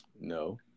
No